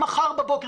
מחר בבוקר,